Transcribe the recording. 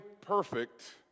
perfect